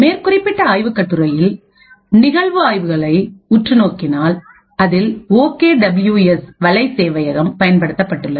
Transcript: மேற்குறிப்பிட்ட ஆய்வுக்கட்டுரையில் நிகழ்வு ஆய்வுகளை உற்று நோக்கினால் அதில் ஓகே டபிள்யூ எஸ் வலை சேவையகம் பயன்படுத்தப்பட்டுள்ளது